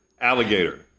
Alligator